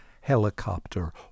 helicopter